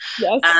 Yes